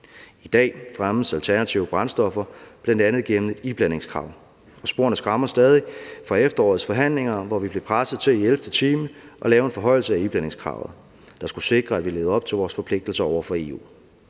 I dag fremmes alternative brændstoffer blandt andet igennem iblandingskrav. Sporene skræmmer stadig fra efterårets forhandlinger, hvor vi blev presset til i ellevte time at lave en forhøjelse af iblandingskravet, der skulle sikre, at vi levede op til vores forpligtelser over for EU.